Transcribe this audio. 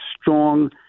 strong